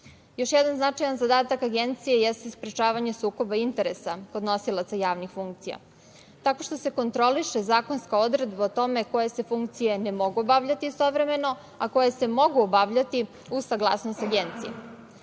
jedan značajan zadatak Agencije jeste sprečavanje sukoba interesa kod nosilaca javnih funkcija tako što se kontroliše zakonska odredba o tome koje se funkcije ne mogu obavljati istovremeno, a koje se mogu obavljati uz saglasnost Agencije. Na